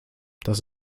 das